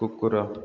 କୁକୁର